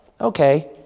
okay